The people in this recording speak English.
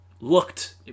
looked